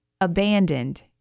abandoned